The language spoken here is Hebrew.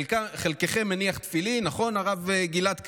חלקכם מניחים תפילין, נכון, הרב גלעד קריב?